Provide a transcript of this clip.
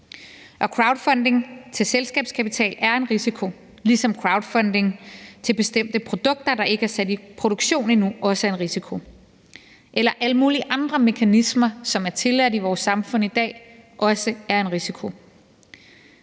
crowdfunding til selskabskapital er en risiko, ligesom crowdfunding til bestemte produkter, der ikke er sat i produktion endnu, også er en risiko – eller ligesom alle mulige andre mekanismer, som er tilladt i vores samfund i dag, også er en risiko.